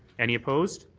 any opposed?